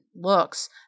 looks